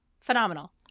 Phenomenal